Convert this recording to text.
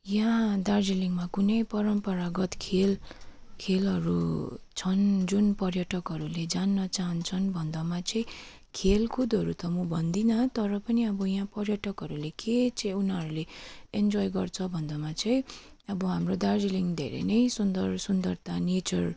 यहाँ दार्जिलिङमा कुनै परम्परागत खेल खेलहरू छन् जुन पर्यटकहरूले जान्न चाहान्छन् भन्दामा चाहिँ खेलकुदहरू त म भन्दिनँ तर पनि अब यहाँ पर्यटकहरूले के चाहिँ उनीहरूले इन्जोई गर्छ भन्दामा चाहिँ अब हाम्रो दार्जिलिङ धेरै नै सुन्दर सुन्दरता नेचर